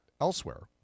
elsewhere